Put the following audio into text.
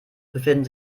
befinden